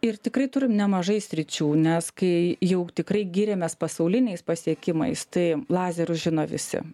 ir tikrai turim nemažai sričių nes kai jau tikrai giriamės pasauliniais pasiekimais tai lazerius žino visi